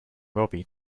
robbie